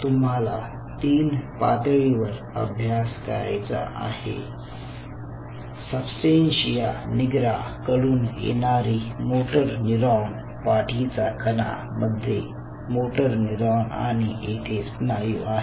तुम्हाला तीन पातळीवर अभ्यास करायचा आहे सबस्टेंशिया निग्रा कडून येणारी मोटर न्यूरॉन पाठीचा कणा मध्ये मोटर न्यूरॉन आणि येथे स्नायू आहे